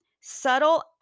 subtle